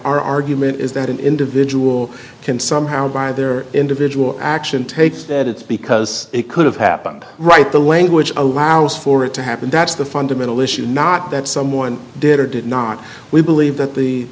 argument is that an individual can somehow by their individual action take that it's because it could have happened right the language allows for it to happen that's the fundamental issue not that someone did or did not we believe that the